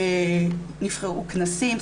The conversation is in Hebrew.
נבחרו כנסים,